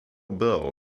bill